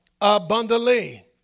abundantly